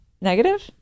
negative